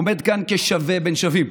עומד כאן כשווה בין שווים,